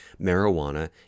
marijuana